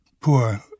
poor